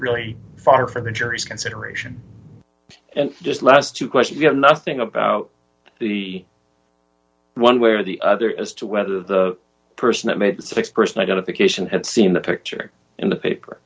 really far from injuries consideration and just let us to question you know nothing about the one way or the other as to whether the person that made the six person identification had seen the picture in the paper